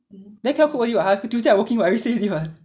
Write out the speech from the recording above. then can I call you ah I have tuesday got working 了还要去 N_T_U_C 买